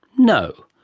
no.